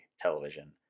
television